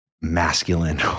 masculine